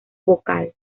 vocal